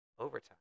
overtime